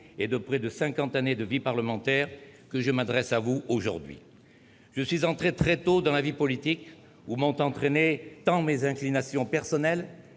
et de près de cinquante années de vie parlementaire que je m'adresse à vous aujourd'hui. Je suis entré très tôt dans la vie politique, où m'ont entraîné tant mes inclinations personnelles